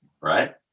right